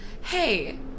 hey